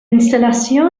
instal·lació